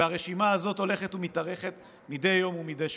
והרשימה הזאת הולכת ומתארכת מדי יום ומדי שבוע.